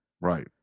Right